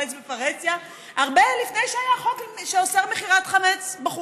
חמץ בפרהסיה הרבה לפני שהיה חוק שאוסר מכירת חמץ בחוץ.